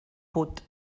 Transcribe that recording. put